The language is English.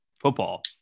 football